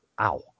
Ow